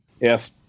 Yes